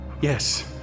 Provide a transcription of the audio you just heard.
Yes